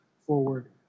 forward